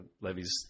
levies